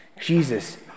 Jesus